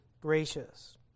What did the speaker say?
gracious